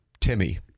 Timmy